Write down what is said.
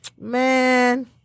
Man